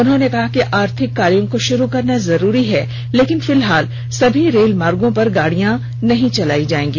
उन्होंने कहा कि आर्थिक कार्यों को शुरू करना जरूरी है लेकिन फिलहाल सभी रेलमार्गों पर गाडियां नहीं चलाई जायेंगी